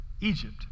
Egypt